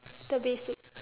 the basics